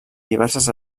diverses